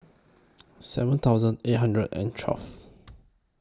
seven thousand eight hundred and twelve